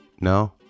No